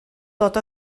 dod